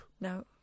No